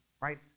right